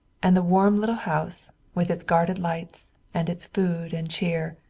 and the warm little house, with its guarded lights and its food and cheer,